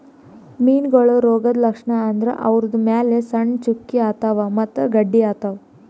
ಮೀನಾಗೋಳ್ ರೋಗದ್ ಲಕ್ಷಣ್ ಅಂದ್ರ ಅವುದ್ರ್ ಮ್ಯಾಲ್ ಸಣ್ಣ್ ಚುಕ್ಕಿ ಆತವ್ ಮತ್ತ್ ಗಡ್ಡಿ ಆತವ್